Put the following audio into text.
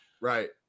Right